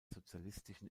sozialistischen